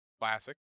classic